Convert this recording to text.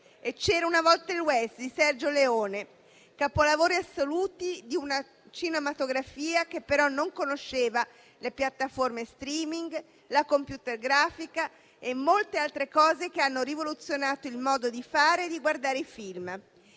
e «C'era una volta il West» di Sergio Leone, capolavori assoluti di una cinematografia che però non conosceva le piattaforme *streaming*, la computergrafica e molte altre cose che hanno rivoluzionato il modo di fare e di guardare i film.